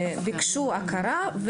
ביקשו הכרה,